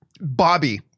Bobby